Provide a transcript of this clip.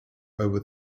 over